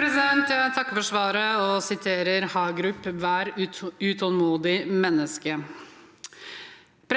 Jeg takker for svar- et – og siterer Hagerup: «Vær utålmodig, menneske!» Vi